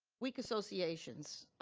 weak associations.